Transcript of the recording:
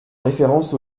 référence